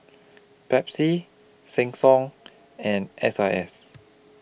Pepsi Sheng Siong and S I S